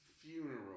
funeral